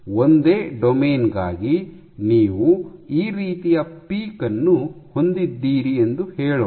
ಒಂದೇ ಡೊಮೇನ್ ಗಾಗಿ ನೀವು ಈ ರೀತಿಯ ಪೀಕ್ ಅನ್ನು ಹೊಂದಿದ್ದೀರಿ ಎಂದು ಹೇಳೋಣ